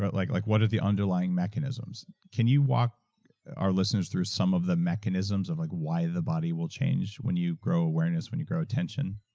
but like like what are the underlying mechanisms? can you walk our listeners through some of the mechanisms of why the body will change when you grow awareness, when you grow attention?